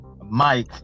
mike